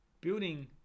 Building